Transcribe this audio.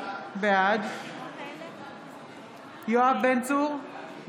בעד יואב בן צור,